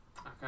Okay